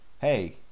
hey